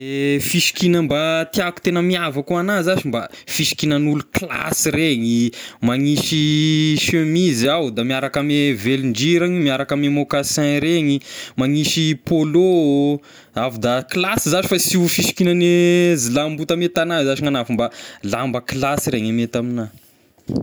Fisikigna mba tiako tegna mihavaky hoa agnahy zashy mba fisikignan'olo classe regny, magnisy semizy aho, da miaraka ame velon-driragna, miaraka ame mocassin regny, magnisy polo, avy da classe zashy fa sy io fisikignan'ny ziolam-boto ame tagna zashy gn'agnahy fa mba lamba classe regny mety amigna.